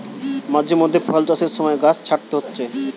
মাঝে মধ্যে ফল চাষের সময় গাছ ছাঁটতে হচ্ছে